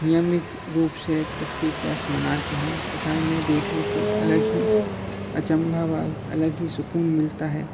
नियमित रूप से प्रत्येक वर्ष मनाते हैं तथा इन्हें देखने से एक अलग ही अचम्भा वा एक अलग ही सुकून मिलता है